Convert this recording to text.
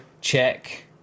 check